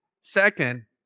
Second